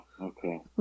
okay